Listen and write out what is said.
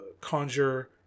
conjure